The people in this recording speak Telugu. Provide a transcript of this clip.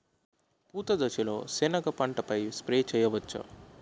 పూత దశలో సెనగ పంటపై స్ప్రే చేయచ్చా?